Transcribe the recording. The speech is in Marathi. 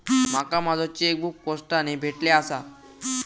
माका माझो चेकबुक पोस्टाने भेटले आसा